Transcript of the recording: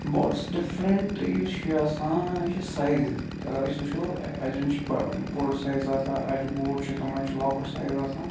بوٹس different یُس چھُ آسان یہِ چھُ سایز اگر أسۍ وٕچھو اجٮ۪ن چھُ بوٚڈ سایز آسان اجہِ بوٹ چھ تِمن چھُ لۄکُٹ سایز آسان